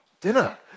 dinner